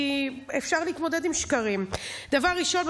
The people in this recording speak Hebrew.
כי אפשר להתמודד עם שקרים: דבר ראשון,